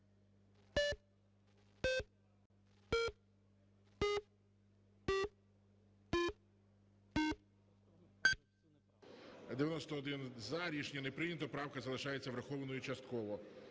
За-91 Рішення не прийнято. Правка залишається врахованою частково.